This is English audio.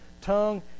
tongue